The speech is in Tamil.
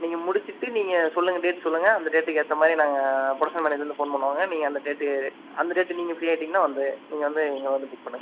நீங்கள் முடிச்சுட்டு நீங்கள் சொல்லுங்கள் டேட் சொல்லுங்கள் அந்த டேட்டுக்கு ஏற்ற மாதிரி நாங்கள் ப்ரொடக்க்ஷன் மேனேஜ்லேந்து ஃபோன் பண்ணுவாங்கள் நீங்கள் அந்த டேட்டுக்கு அந்த டேட் நீங்கள் ஃப்ரீ ஆகிட்டிங்னா வந்து நீங்கள் வந்து இங்கே வந்து மீட் பண்ணுங்கள்